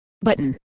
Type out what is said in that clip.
button